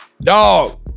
dog